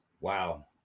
wow